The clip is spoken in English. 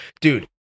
dude